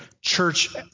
Church